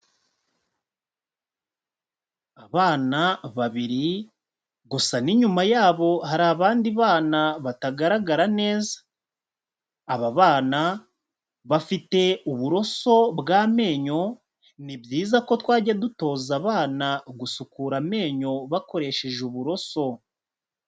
Abana babiri, gusa ni nyuma yabo hari abandi bana batagaragara neza, aba bana bafite uburoso bw'amenyo, ni byiza ko twajya dutoza abana gusukura amenyo bakoresheje uburoso.